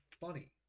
funny